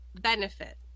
benefit